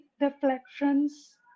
deflections